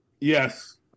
Yes